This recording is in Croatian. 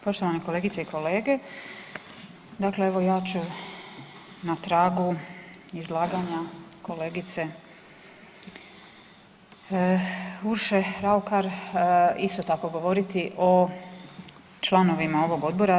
Poštovane kolegice i kolege, dakle evo ja ću na tragu izlaganja kolegice Urše Raukar isto tako govoriti o članovima ovog Odbora.